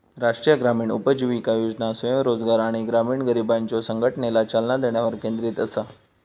राष्ट्रीय ग्रामीण उपजीविका योजना स्वयंरोजगार आणि ग्रामीण गरिबांच्यो संघटनेला चालना देण्यावर केंद्रित असा